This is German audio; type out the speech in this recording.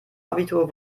abitur